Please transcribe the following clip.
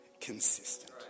consistent